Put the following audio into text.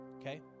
okay